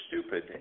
stupid